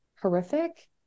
horrific